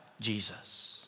Jesus